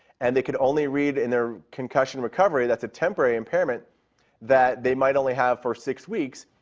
and they could only read in their concussion recovery that's a temporary impairment that they might only have for six weeks,